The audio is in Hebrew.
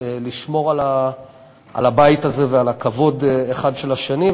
לשמור על הבית הזה ואחד על הכבוד של השני,